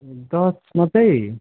दस मात्रै